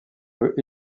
peut